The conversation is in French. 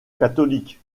catholique